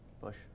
Bush